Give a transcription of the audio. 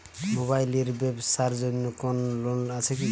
Mobile এর ব্যাবসার জন্য কোন লোন আছে কি?